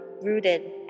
rooted